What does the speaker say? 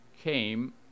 came